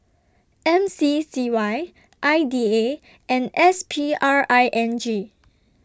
M C C Y I D A and S P R I N G